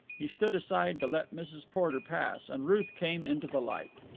he stood aside to let mrs. porter pass, and ruth came into the light.